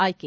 ಆಯ್ಕೆ